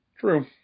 True